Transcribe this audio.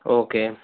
okay